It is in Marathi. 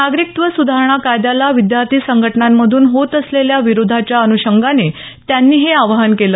नागरिकत्व सुधारणा कायद्याला विद्यार्थी संघटनांमधून होत असलेल्या विरोधाच्या अनुषंगाने त्यांनी हे आवाहन केलं